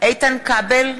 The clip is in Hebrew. איתן כבל,